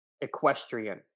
equestrian